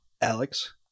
Alex